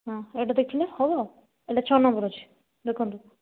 ହଁ ଏଇଟା ଦେଖିଲେ ହବ ଏଇଟା ଛଅ ନମ୍ବରର ଅଛି ଦେଖନ୍ତୁ